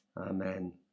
Amen